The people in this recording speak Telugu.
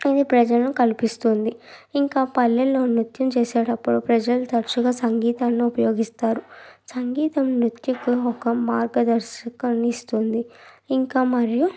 కానీ ప్రజలను కల్పిస్తుంది ఇంకా పల్లెలో నృత్యం చేసేటప్పుడు ప్రజలు తరచుగా సంగీతాన్ని ఉపయోగిస్తారు సంగీతం నృత్యంతో ఒక మార్గదర్శకాన్ని ఇస్తుంది ఇంకా మరియు